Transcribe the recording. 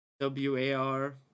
W-A-R